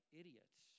idiots